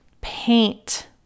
paint